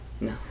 No